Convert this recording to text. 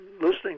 listening